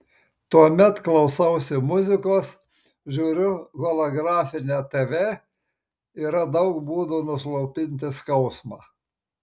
tuomet klausausi muzikos žiūriu holografinę tv yra daug būdų nuslopinti skausmą